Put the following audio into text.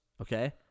Okay